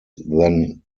than